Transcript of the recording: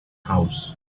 house